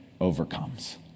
overcomes